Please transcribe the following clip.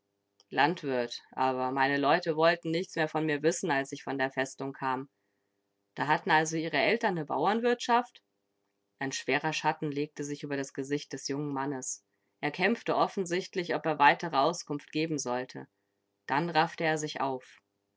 landwirt aber meine leute wollten nichts mehr von mir wissen als ich von der festung kam da hatten also ihre eltern ne bauernwirtschaft ein schwerer schatten legte sich über das gesicht des jungen mannes er kämpfte offensichtlich ob er weitere auskunft geben sollte dann raffte er sich auf